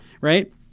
Right